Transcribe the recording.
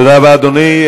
תודה רבה, אדוני.